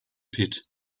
pit